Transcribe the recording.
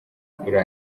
kuri